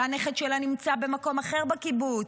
שהנכד שלה נמצא במקום אחר בקיבוץ,